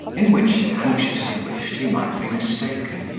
in which he anxiously wished he might be mistaken.